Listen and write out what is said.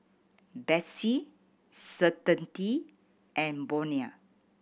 Betsy Certainty and Bonia